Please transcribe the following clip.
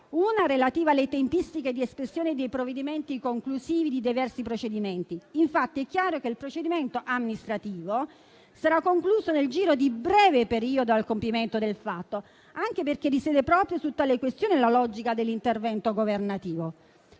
è relativa alle tempistiche di espressione dei provvedimenti conclusivi di diversi procedimenti. È infatti chiaro che il procedimento amministrativo sarà concluso nel giro di un breve periodo dal compimento del fatto, anche perché risiede proprio su tale questione la logica dell'intervento governativo.